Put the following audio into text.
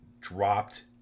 dropped